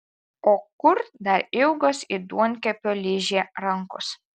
o kur dar ilgos it duonkepio ližė rankos